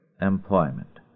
employment